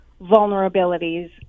vulnerabilities